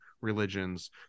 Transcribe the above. religions